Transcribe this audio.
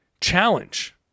challenge